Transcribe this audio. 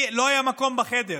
לא היה מקום בחדר,